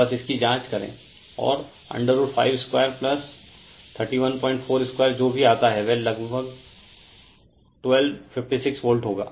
बस इसकी जांच करे और √5 2 3142 जो भी आता है वह 1256 वोल्ट होगा